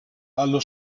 allo